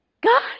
God